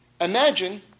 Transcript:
imagine